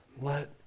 Let